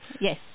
Yes